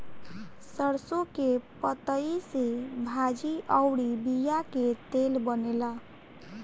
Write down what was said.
सरसों के पतइ से भाजी अउरी बिया के तेल बनेला